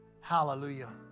Hallelujah